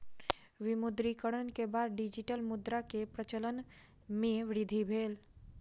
विमुद्रीकरण के बाद डिजिटल मुद्रा के प्रचलन मे वृद्धि भेल